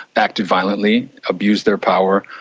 acted violently, abused their power,